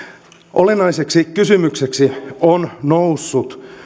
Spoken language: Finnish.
olennaiseksi kysymykseksi on noussut